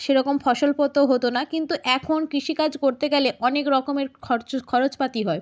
সেরকম ফসল পো তো হতো না কিন্তু এখন কৃষিকাজ করতে গেলে অনেক রকমের খরচা খরচপাতি হয়